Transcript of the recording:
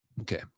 Okay